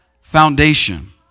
foundation